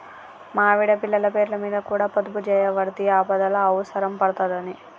మా ఆవిడ, పిల్లల పేర్లమీద కూడ పొదుపుజేయవడ్తి, ఆపదల అవుసరం పడ్తదని